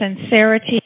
sincerity